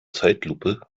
zeitlupe